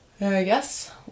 Yes